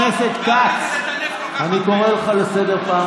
ולטנף בצורה כל כך